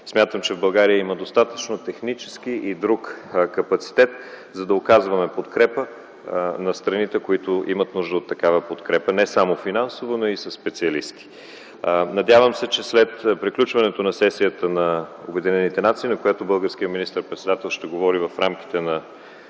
Смятам, че в България има достатъчно технически и друг капацитет, за да оказваме подкрепа на страните, които имат нужда от подкрепа – не само финансова, но и със специалисти. Надявам се, че след приключване на сесията на Обединените нации, на която българският министър-председател ще говори в рамките на